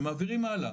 הם מעבירים הלאה.